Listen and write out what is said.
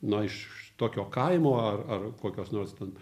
na iš tokio kaimo ar ar kokios nors ten